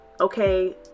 okay